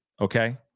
Okay